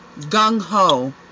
gung-ho